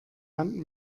hand